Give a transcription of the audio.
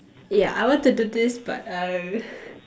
yeah I want to do this but uh